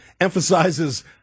emphasizes